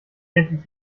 endlich